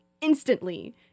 Instantly